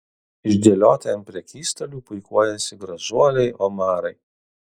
išdėlioti ant prekystalių puikuojasi gražuoliai omarai